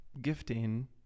gifting